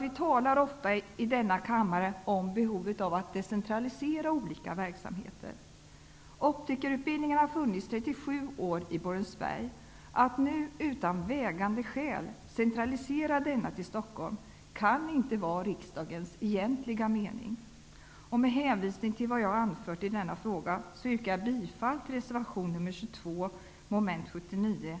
Vi talar ofta i denna kammare om behovet av att decentralisera olika verksamheter. Optikerutbildningen har funnits under 37 år i Borensberg. Att nu utan vägande skäl centralisera denna till Stockholm kan inte vara riksdagens egentliga mening. Med hänvisning till vad jag har anfört i denna fråga yrkar jag bifall till reservation nr 22 under mom. 79